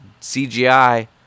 CGI